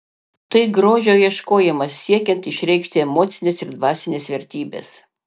tai grožio ieškojimas siekiant išreikšti emocines ir dvasines vertybes